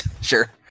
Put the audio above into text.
Sure